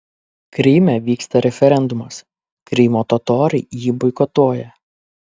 kryme vyksta referendumas krymo totoriai jį boikotuoja